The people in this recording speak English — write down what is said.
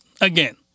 again